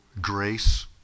grace